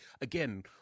again